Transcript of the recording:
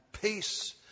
peace